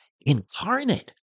incarnate